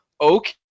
okay